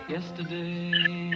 Yesterday